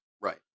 right